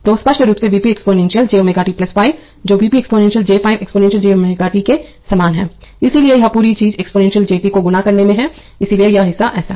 तो स्पष्ट रूप से Vp एक्सपोनेंशियल j ω t 5 जो Vp exponential j 5 exponential j ω t के समान है इसलिए यह पूरी चीज एक्सपोनेंशियल jt को गुणा करने में है इसलिए यह हिस्सा ऐसा है